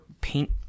paint